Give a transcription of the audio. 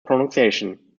pronunciation